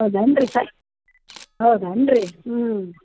ಹೌದೇನ್ರಿ ಸರ್ ಹೌದೇನ್ರಿ ಹ್ಞೂ